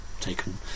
taken